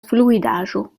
fluidaĵo